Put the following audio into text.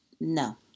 No